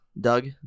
Doug